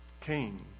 Cain